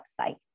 website